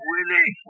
Willie